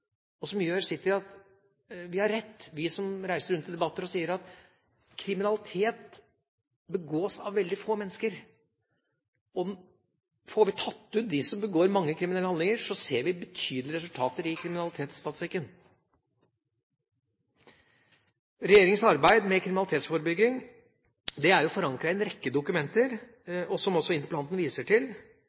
og som gjør sitt til at vi har rett som reiser rundt i debatter og sier at kriminalitet begås av veldig få mennesker. Får vi tatt ut dem som begår mange kriminelle handlinger, ser vi betydelige resultater i kriminalitetsstatistikken. Regjeringas arbeid med kriminalitetsforebygging er forankret i en rekke dokumenter, som også interpellanten viser til,